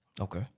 Okay